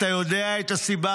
אתה יודע את הסיבה,